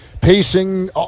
pacing